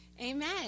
amen